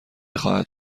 خواهد